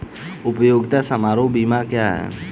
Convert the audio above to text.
उपयोगिता समारोह बीमा क्या है?